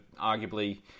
arguably